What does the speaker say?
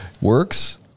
Works